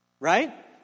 right